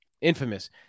infamous